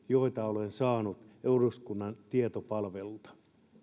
joita olen saanut eduskunnan tietopalvelulta ja vedonnut niihin